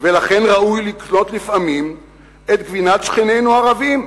ולכן ראוי לקנות לפעמים את גבינת שכנינו הערבים,